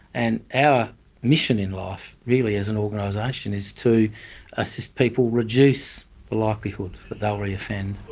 and our mission in life, really as an organisation is to assist people reduce the likelihood that they'll reoffend.